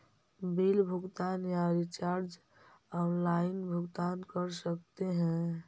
Bill भुगतान या recharge online भुगतान कर सकते हैं?